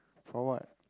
for what